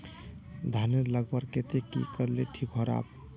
धानेर लगवार केते की करले ठीक राब?